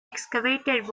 excavated